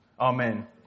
Amen